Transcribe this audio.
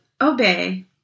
obey